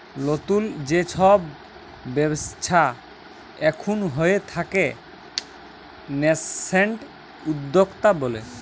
লতুল যে সব ব্যবচ্ছা এখুন হয়ে তাকে ন্যাসেন্ট উদ্যক্তা ব্যলে